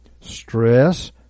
Stress